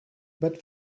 but